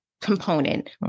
component